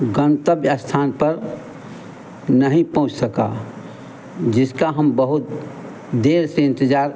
गंतव्य स्थान पर नहीं पहुँच सका है जिसका हम बहुत देर से इंतज़ार